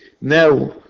now